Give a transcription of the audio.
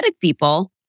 people